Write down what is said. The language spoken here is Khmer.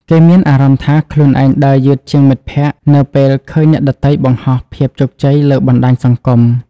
គេមានអារម្មណ៍ថាខ្លួនឯងដើរយឺតជាងមិត្តភក្តិ នៅពេលឃើញអ្នកដទៃបង្ហោះភាពជោគជ័យលើបណ្តាញសង្គម។